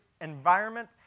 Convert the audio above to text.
environment